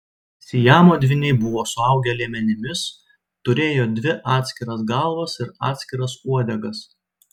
siamo dvyniai buvo suaugę liemenimis turėjo dvi atskiras galvas ir atskiras uodegas